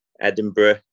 Edinburgh